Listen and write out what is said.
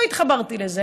לא התחברתי לזה.